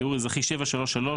ערעור אזרחי 733/95,